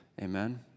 Amen